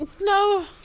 No